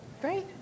Great